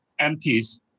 MPs